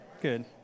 Good